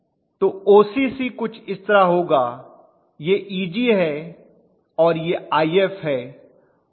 तो ओसीसी कुछ इस तरह होगा यह Eg है और यह If है